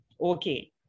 Okay